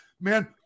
man